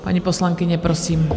Paní poslankyně, prosím.